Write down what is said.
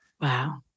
Wow